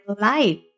life